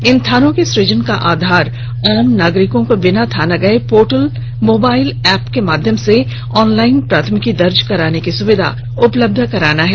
इन थानों के सुजन का आधार आम नागरिकों को बिना थाना गए पोर्टल मोबाइल एप्प के माध्यम से ऑनलाइन प्राथमिकी दर्ज कराने की सुविधा उपलब्ध कराना है